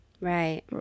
right